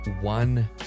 one